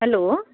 hello